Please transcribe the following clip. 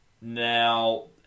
Now